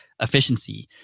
efficiency